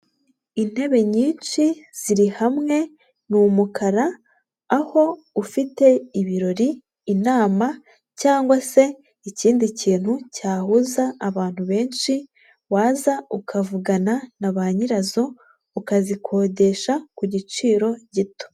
Intebe nyinshi ziri hamwe ni umukara, aho ufite ibirori, inama cyangwa se ikindi kintu cyahuza abantu benshi, waza ukavugana na ba nyirazo ukazikodesha ku giciro gito.